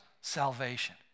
salvation